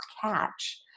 catch